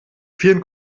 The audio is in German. vielen